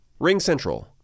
RingCentral